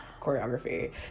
Choreography